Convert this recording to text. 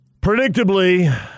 Predictably